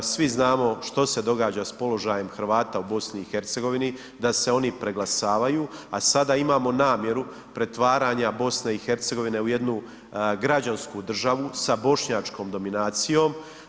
Svi znamo što se događa s položajem Hrvata u BiH da se oni preglasavaju, a sada imamo namjeru pretvaranja BiH u jednu građansku državu sa bošnjačkom dominacijom.